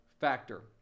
factor